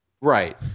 Right